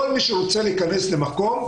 כל מי שרוצה להיכנס למקום,